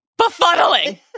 befuddling